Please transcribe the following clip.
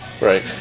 Right